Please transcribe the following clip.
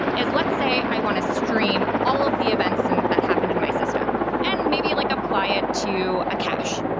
is let's say i want to stream all of the events and that happened in my system and maybe like apply it to a cache,